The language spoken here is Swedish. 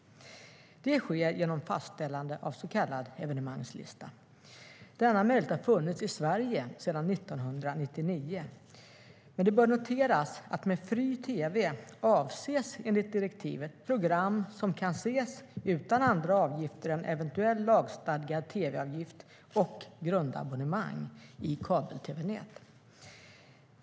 Det sker genom fastställande av en så kallad evenemangslista. Denna möjlighet har funnits i Sverige sedan 1999. Det bör noteras att med fri tv avses enligt direktivet program som kan ses utan andra avgifter än eventuell lagstadgad tv-avgift och grundabonnemang i kabel-tv-nät.